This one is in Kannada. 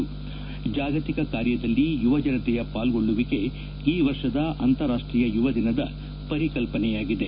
ಜಾಗತಿಕ ಕಾರ್ಯದಲ್ಲಿ ಯುವಜನತೆಯ ಪಾಲ್ಗೊಳ್ಳುವಿಕೆ ಈ ವರ್ಷದ ಅಂತಾರಾಷ್ಟೀಯ ಯುವದಿನದ ಪರಿಕಲ್ಪನೆಯಾಗಿದೆ